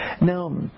Now